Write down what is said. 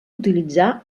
utilitzar